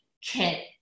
kit